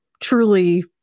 truly